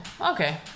Okay